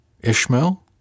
Ishmael